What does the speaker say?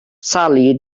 sally